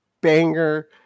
banger